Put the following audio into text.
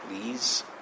please